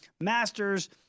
Masters